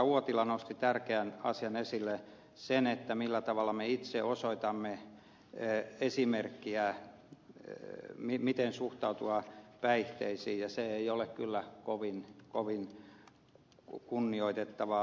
uotila nosti tärkeän asian esille sen millä tavalla me itse osoitamme esimerkkiä miten suhtautua päihteisiin ja se ei ole kyllä kovin kunnioitettavaa